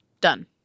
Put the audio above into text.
Done